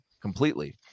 completely